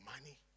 money